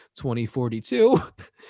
2042